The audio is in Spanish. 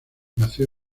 nació